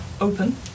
open